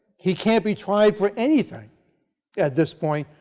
he can't be tried for anything at this point.